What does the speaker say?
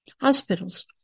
hospitals